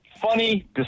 Funny